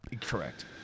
Correct